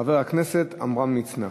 חבר הכנסת עמרם מצנע.